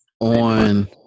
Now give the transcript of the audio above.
on